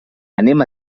anem